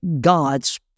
God's